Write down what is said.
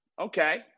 Okay